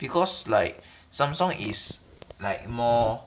because like Samsung is like more